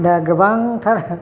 दा गोबांथार